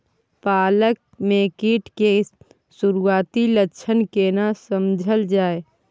पालक में कीट के सुरआती लक्षण केना समझल जाय?